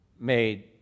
made